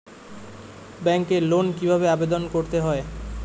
ব্যাংকে লোন কিভাবে আবেদন করতে হয়?